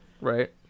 Right